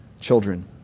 children